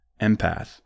empath